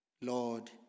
Lord